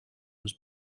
was